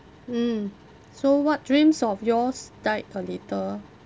mm so what dreams of yours died a little